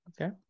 Okay